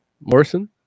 Morrison